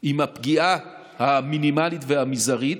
עם הפגיעה המינימלית והמזערית.